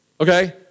Okay